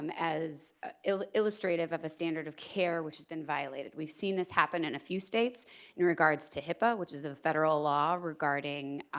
um as ah illustrative of a standard of care which has been violated. we've seen this happen in a few states in regards to hipaa which is a federal law regarding